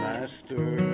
Master